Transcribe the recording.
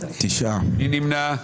מי נמנע?